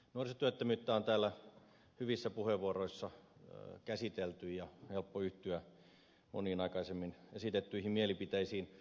nuorisotyöttömyyttä on täällä hyvissä puheenvuoroissa käsitelty ja on helppo yhtyä moniin aikaisemmin esitettyihin mielipiteisiin